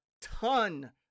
ton